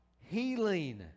healing